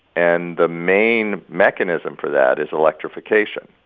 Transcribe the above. and the main mechanism for that is electrification,